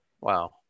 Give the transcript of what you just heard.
Wow